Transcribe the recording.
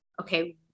okay